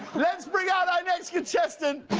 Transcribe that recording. let's bring out next contestant!